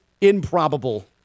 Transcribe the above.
improbable